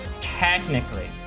technically